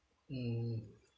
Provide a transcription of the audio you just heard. mm